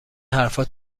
حرفها